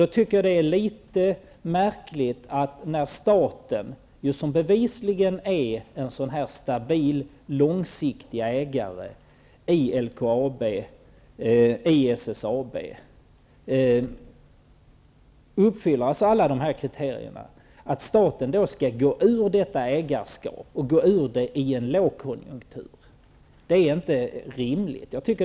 Jag tycker då att det är litet märkligt att staten, som bevisligen är en sådan stabil, långsiktig ägare i LKAB och SSAB, som uppfyller alla dessa kriterier skall gå ur sitt ägarskap i en lågkonjunktur. Det är inte rimligt.